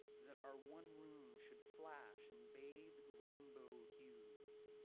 that our one room should flash and bathe rainbow hues